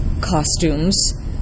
costumes